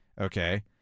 okay